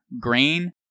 grain